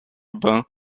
bar